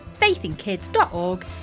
faithinkids.org